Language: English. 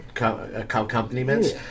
accompaniments